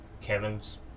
Kevin's